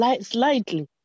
slightly